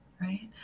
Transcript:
right